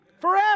forever